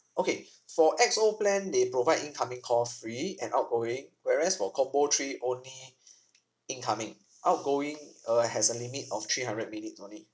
okay for X_O plan they provide incoming call free and outgoing whereas for combo three only incoming outgoing uh has a limit of three hundred minutes only